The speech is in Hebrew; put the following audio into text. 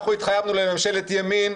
אנחנו התחייבנו לממשלת ימין,